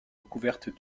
recouvertes